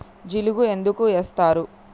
జిలుగు ఎందుకు ఏస్తరు?